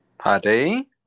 Paddy